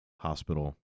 hospital